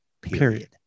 Period